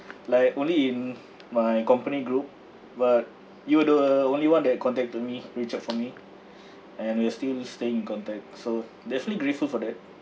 like only in my company group but you're the only one that contact me reach out for me and we are still staying in contact so definitely grateful for that